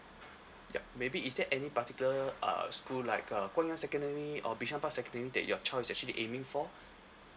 yup maybe is there any particular uh school like uh guangyang secondary or bishan park secondary that your child is actually aiming for